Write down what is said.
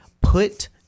put